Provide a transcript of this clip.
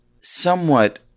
somewhat